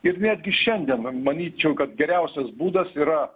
ir netgi šiandien ma manyčiau kad geriausias būdas yra